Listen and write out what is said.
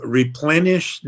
replenish